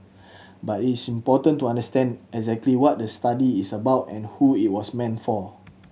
but it's important to understand exactly what the study is about and who it was meant for